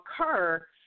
occur